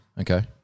Okay